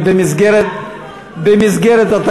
אבל במסגרת התקנון,